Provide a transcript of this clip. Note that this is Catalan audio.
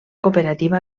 cooperativa